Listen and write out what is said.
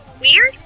Weird